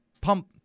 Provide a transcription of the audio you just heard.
pump